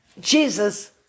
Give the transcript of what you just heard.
Jesus